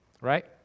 right